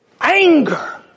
Anger